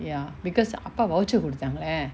ya because அப்பா:appa voucher குடுத்தாங்க:kuduthanga lah